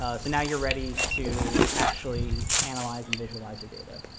ah so now you're ready to actually analyze and visualize your data.